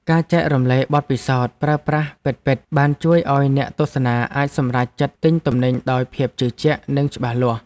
ការចែករំលែកបទពិសោធន៍ប្រើប្រាស់ពិតៗបានជួយឱ្យអ្នកទស្សនាអាចសម្រេចចិត្តទិញទំនិញដោយភាពជឿជាក់និងច្បាស់លាស់។